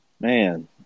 Man